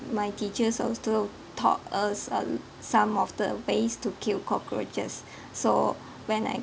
my teachers also taught us uh some of the ways to kill cockroaches so when I